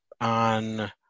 on